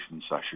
session